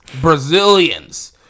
Brazilians